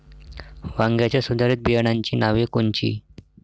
वांग्याच्या सुधारित बियाणांची नावे कोनची?